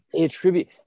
attribute